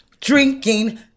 drinking